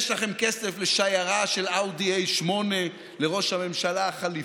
יש לכם כסף לשיירה של אאודי A8 לראש הממשלה החליפי.